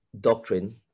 doctrine